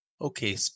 okay